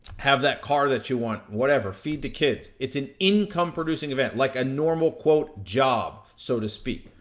have that car that you want, whatever, feed the kids. it's an income producing event, like a normal job, so to speak.